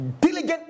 diligent